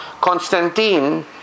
Constantine